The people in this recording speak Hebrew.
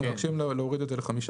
אנחנו מבקשים להוריד את זה ל-5%.